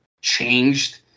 changed